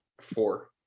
Four